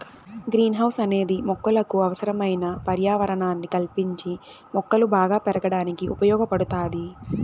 green house అనేది మొక్కలకు అవసరమైన పర్యావరణాన్ని కల్పించి మొక్కలు బాగా పెరగడానికి ఉపయోగ పడుతాది